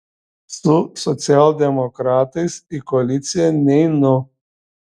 su socialdemokratais į koaliciją neinu